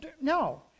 No